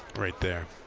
right there.